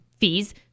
fees